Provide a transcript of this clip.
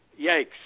yikes